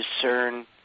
discern